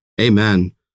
Amen